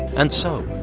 and so,